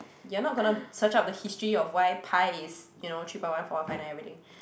you're not gonna search up the history of why pi is you know three point one four five nine or everything